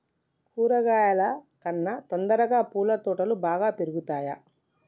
కూరగాయల కన్నా తొందరగా పూల తోటలు బాగా పెరుగుతయా?